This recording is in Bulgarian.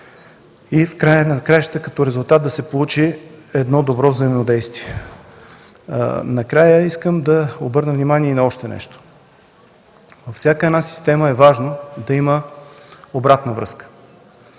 и в края на краищата като резултат да се получи добро взаимодействие. Накрая искам да обърна внимание и на още нещо – във всяка система е важно да има обратна връзка.